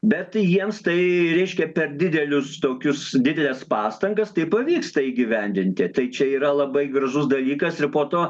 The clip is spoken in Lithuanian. bet jiems tai reiškia per didelius tokius dideles pastangas tai pavyksta įgyvendinti tai čia yra labai gražus dalykas ir po to